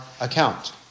account